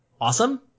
awesome